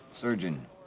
Surgeon